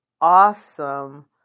awesome